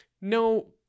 no